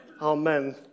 Amen